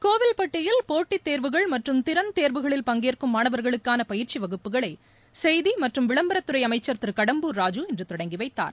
கோவில்பட்டியில் போட்டித் தேர்வுகள் மற்றும் திறன் தேர்வுகளில் பங்கேற்கும் மாணவர்களுக்கான பயிற்சி வகுப்புகளை செய்தி மற்றும் விளம்பரத்துறை அமைச்சர் திரு தொடங்கிவைத்தார்